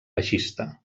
baixista